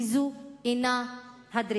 כי זו אינה הדרישה.